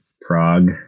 Prague